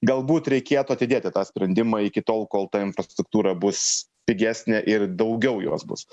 galbūt reikėtų atidėti tą sprendimą iki tol kol ta infrastruktūra bus pigesnė ir daugiau jos bus